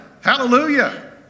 Hallelujah